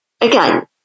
again